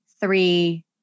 three